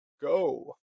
go